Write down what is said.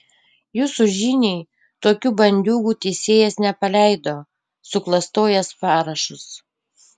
jūsų žiniai tokių bandiūgų teisėjas nepaleido suklastojęs parašus